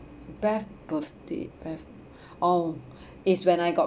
best birthday best oh is when I got